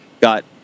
got